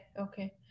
Okay